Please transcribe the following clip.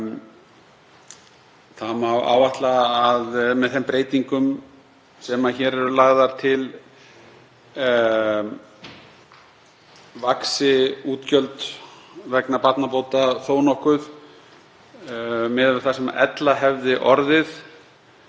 Það má áætla að með þeim breytingum sem hér eru lagðar til vaxi útgjöld vegna barnabóta þó nokkuð miðað við það sem ella hefði orðið.